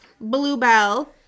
bluebell